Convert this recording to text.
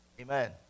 amen